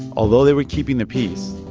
although they were keeping the peace,